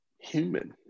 human